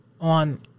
on